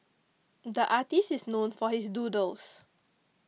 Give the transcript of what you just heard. the artist is known for his doodles